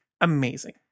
Amazing